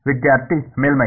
ವಿದ್ಯಾರ್ಥಿ ಮೇಲ್ಮೈ